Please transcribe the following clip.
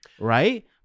Right